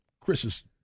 Chris's